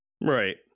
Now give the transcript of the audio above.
right